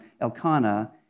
Elkanah